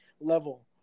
level